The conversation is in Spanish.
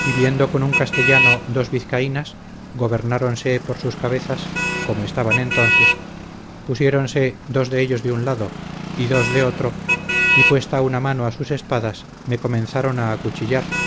y viendo con un castellano dos vizcaínas gobernáronse por sus cabezas como estaban entonces pusieronse dos de ellos de un lado y dos de otro y puesta mano a sus espadas me comenzaron a acuchillar